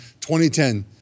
2010